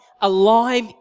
alive